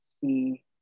see